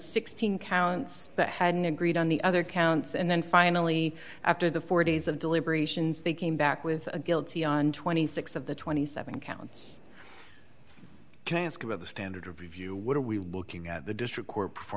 sixteen counts but hadn't agreed on the other counts and then finally after the four days of deliberations they came back with a guilty on twenty six of the twenty seven counts of the standard of review what are we looking at the district co